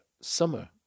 summer